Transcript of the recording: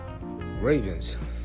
Ravens